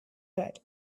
that